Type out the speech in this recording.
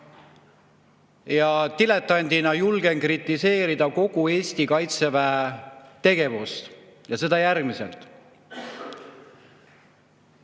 diletandina kritiseerida kogu Eesti kaitseväe tegevust. Ja seda järgmiselt.